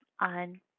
on